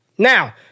Now